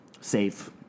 Safe